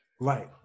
Right